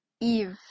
Eve